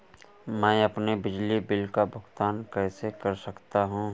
मैं अपने बिजली बिल का भुगतान कैसे कर सकता हूँ?